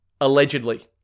allegedly